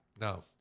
no